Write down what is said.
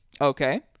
Okay